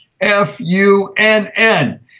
F-U-N-N